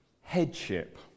Headship